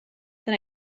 then